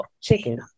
chicken